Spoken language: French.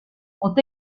ont